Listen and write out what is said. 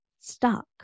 stuck